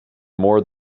more